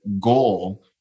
goal